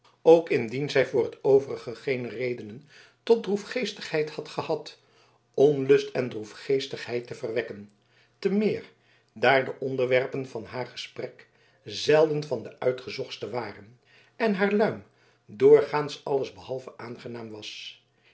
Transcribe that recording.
ook indien zij voor t overige geene redenen tot droefgeestigheid had gehad onlust en droefgeestigheid te verwekken te meer daar de onderwerpen van haar gesprek zelden van de uitgezochtste waren en haar luim doorgaans alles behalve aangenaam was